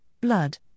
blood